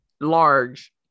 large